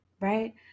right